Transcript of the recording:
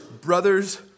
brothers